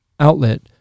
outlet